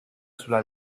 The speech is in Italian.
sulla